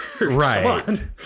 Right